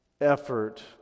effort